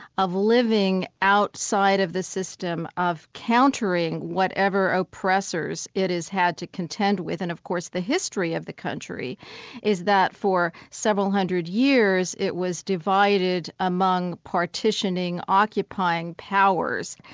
of living outside of the system, of countering whatever oppressors it has had to contend with, and of course the history of the country is that for several hundred years it was divided among partitioning occupying powers,